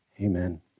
Amen